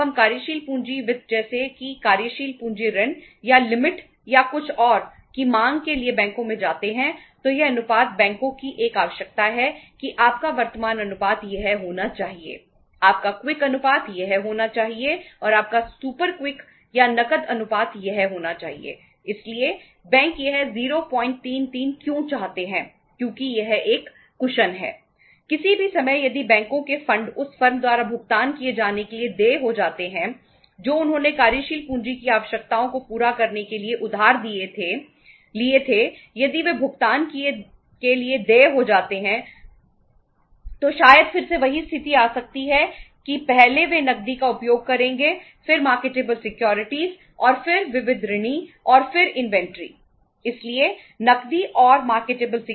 जब हम कार्यशील पूंजी वित्त जैसे कि कार्यशील पूंजी ऋण या लिमिट है